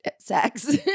sex